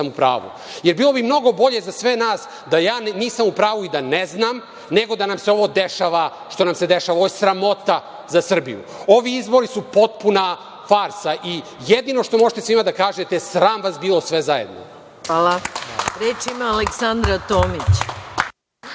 u pravu, jer bilo bi mnogo bolje za sve nas da ja nisam u pravu i da ne znam, nego da nam se ovo dešava što nam se dešava. Ovo je sramota za Srbiju. Ovi izbori su potpuna farsa i jedino što možete svima da kažete je – sram vas bilo, sve zajedno! **Maja Gojković** Hvala. Reč ima Aleksandra Tomić.